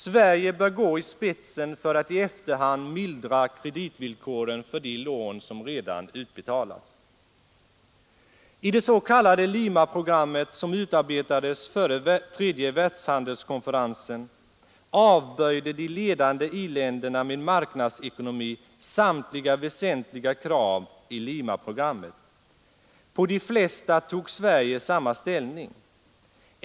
Sverige bör gå i spetsen för att i efterhand mildra kreditvillkoren för de lån som redan utbetalats. I det s.k. Lima-programmet, som utarbetades före tredje världshandelskonferensen, avböjde de ledande industriländerna med marknadsekonomi samtliga väsentliga krav. På de flesta punkter tog Sverige samma ställning.